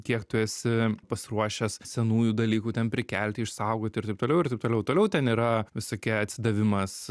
kiek tu esi pasiruošęs senųjų dalykų ten prikelti išsaugoti ir taip toliau ir taip toliau toliau ten yra visokie atsidavimas